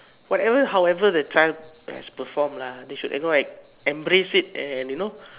whatever however the child has performed lah they should you know like embrace it and you know